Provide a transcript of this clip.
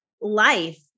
life